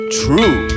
true